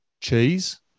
Cheese